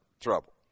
trouble